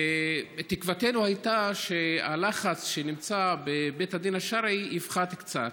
תקוותנו הייתה שהלחץ בבית הדין השרעי יפחת קצת.